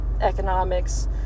economics